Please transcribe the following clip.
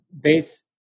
base